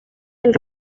del